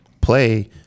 play